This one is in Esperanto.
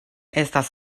estas